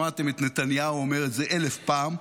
שמעתם את נתניהו אומר את זה אלף פעם.